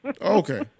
Okay